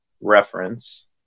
reference